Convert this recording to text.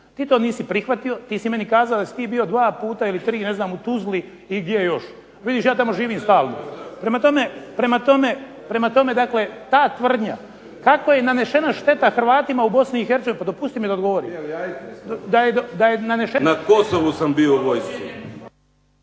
Ti to nisi prihvatio, ti si meni kazao da si ti bio 2 puta ili 3, ne znam, u Tuzli i gdje još. Vidiš ja tamo živim stalno. Prema tome dakle ta tvrdnja, tako je nanesena šteta Hrvatima u BiH … /Upadica se ne razumije./… Pa dopusti mi da odgovorim …… /Upadica se